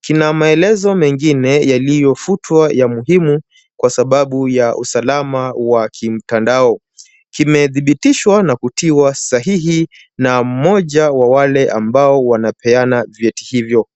Kina maelezo mengine yaliyofutwa ya muhimu kwa sababu ya usalama wa kimtandao. Kimethibitishwa na kutiwa sahihi na mmoja wa wale ambao wanapeana vyeti hivyo.